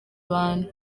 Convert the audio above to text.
bantu